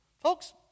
Folks